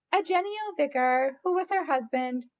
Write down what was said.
a genial vicar who was her husband,